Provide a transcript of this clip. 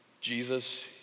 Jesus